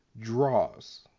draws